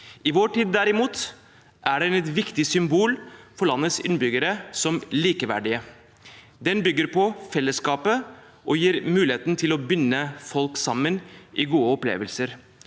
I vår tid derimot er den et viktig symbol for landets innbyggere som likeverdige. Den bygger på fellesskapet og gir muligheten til å binde folk sammen i gode opplevelser.